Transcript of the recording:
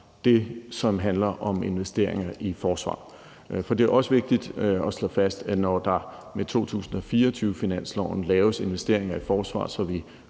det, som handler om investeringer i forsvaret. For det er også vigtigt at slå fast, at man – når der med 2024-finansloven laves investeringer i forsvaret, så vi